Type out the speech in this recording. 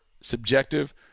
subjective